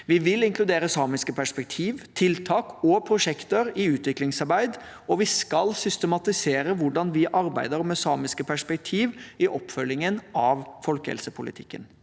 Vi vil inkludere samiske perspektiv, tiltak og prosjekter i utviklingsarbeid, og vi skal systematisere hvordan vi arbeider med samiske perspektiv i oppfølgingen av folkehelsepolitikken.